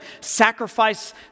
sacrifice